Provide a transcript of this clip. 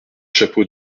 chapeau